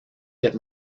get